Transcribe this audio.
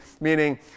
meaning